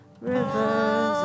rivers